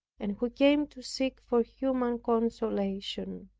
and who came to seek for human consolation.